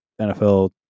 NFL